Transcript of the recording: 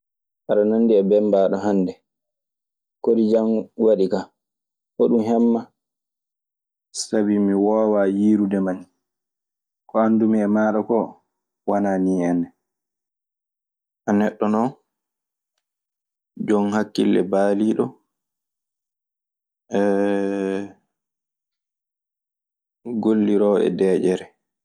"Aɗe nandi e bembaaɗo hannde. Kodi jan waɗi kaa? Hoɗun heɓ maa?"